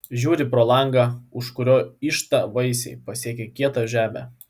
žiūri pro langą už kurio yžta vaisiai pasiekę kietą žemę